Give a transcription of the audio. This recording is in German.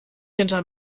hinter